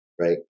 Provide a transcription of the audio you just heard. right